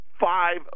five